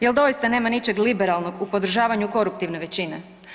Jel doista nema ničeg liberalnog u podržavanju koruptivne većine.